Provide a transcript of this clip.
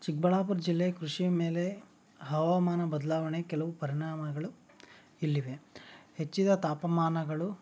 ಚಿಕ್ಕಬಳ್ಳಾಪುರ ಜಿಲ್ಲೆ ಕೃಷಿಯ ಮೇಲೆ ಹವಾಮಾನ ಬದಲಾವಣೆ ಕೆಲವು ಪರಿಣಾಮಗಳು ಇಲ್ಲಿವೆ ಹೆಚ್ಚಿದ ತಾಪಮಾನಗಳು